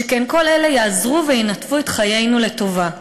שכן כל אלה יעזרו וינתבו את חיינו לטובה.